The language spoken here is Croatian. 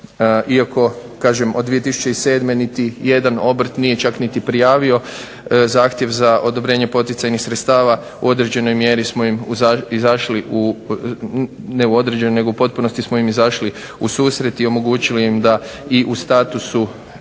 iako kažem od 2007. niti jedan obrt nije čak niti prijavio zahtjev za odobrenje poticajnih sredstava. U određenoj mjeri smo izašli ne u određenoj nego u potpunosti smo im izašli u susret i omogućili im da i u statusu